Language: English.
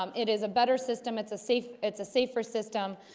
um it is a better system. it's a safe it's a safer system,